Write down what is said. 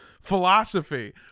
philosophy